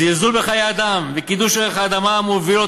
זלזול בחיי אדם וקידוש ערך האדמה מובילים